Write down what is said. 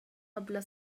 قبل